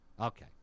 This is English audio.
Okay